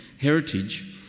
heritage